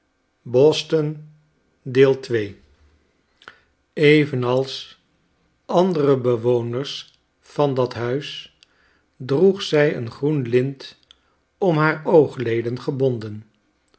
evenals andere bewoners van dat huis droeg zij een groen lint om haar oogleden gebonden